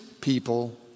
people